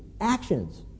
actions